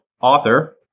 author